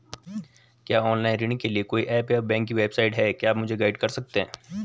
क्या ऑनलाइन ऋण के लिए कोई ऐप या बैंक की वेबसाइट है क्या आप मुझे गाइड कर सकते हैं?